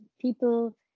people